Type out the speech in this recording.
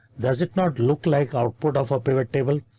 does it not look like output of a pivot table?